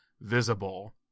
visible